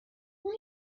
اون